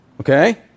Okay